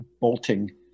bolting